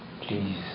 please